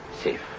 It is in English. safe